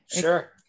Sure